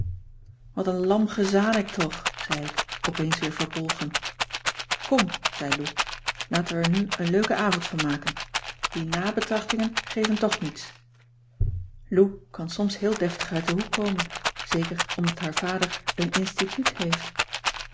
wat een lam gezanik toch zei ik opeens weer verbolgen kom zei lou laten wij er nu een leuken avond van maken die nabetrachtingen geven toch niets lou kan soms heel deftig uit den hoek komen zeker omdat haar vader een instituut heeft